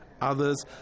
Others